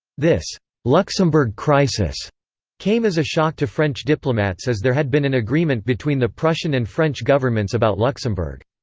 this luxembourg crisis came as a shock to french diplomats as there had been an agreement between the prussian and french governments about luxembourg.